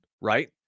right